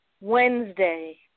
Wednesday